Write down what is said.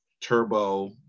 Turbo